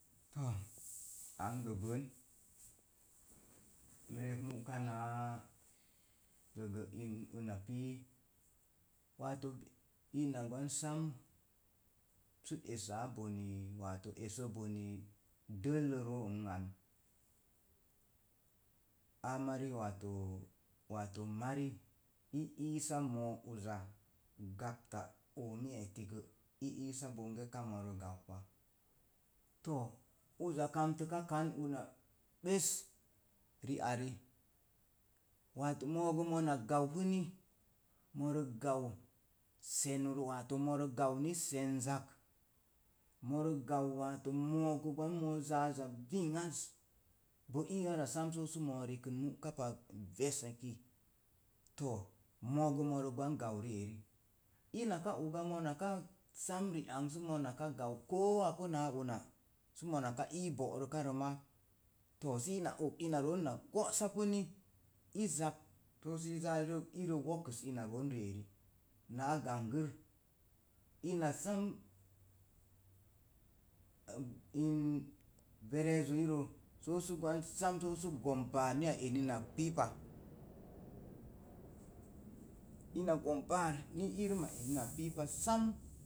To ang gəbən n rek múka naa in gəgə in una pii waato ina gwan sam. Sə esaa bone, wato esə bone dəlloroo n ang. áá meri wato mari, i iisa mo̱o̱ uza gapta omit etigə i iisa bonge moro gua pa. to uza kamtəka kan una bes riari. wato moogo mona gau puni moro gau səni, wato moro gau ni se̱n zak. moro gau wato mogo gwan zaza vinŋaz bo i ara sə moo arekən mu'ka pa ve̱s eki to mo̱o̱go moro gwan gau rieri. Ina ka oga mo̱na ka sam riang sə monaka gau riang koo apu náá una, sə mona ka ii bo'ruka rə too sə i ina og ina roon na go'sapuni. I zak roori sə i zaa i wokus ina roon rieri na gangər ina sə n verezoiro so sə gwan sam sə go̱m baar ni eniyak piipa ina gom baar ni irim a eni an piipa sam